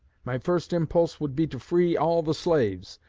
my first impulse would be to free all the slaves,